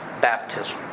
baptism